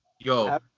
Yo